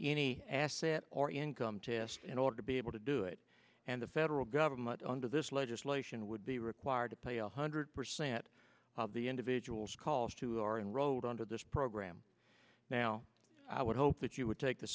ny asset or income test in order to be able to do it and the federal government under this legislation would be required to pay a hundred percent of the individual's calls to or in road under this program now i would hope that you would take the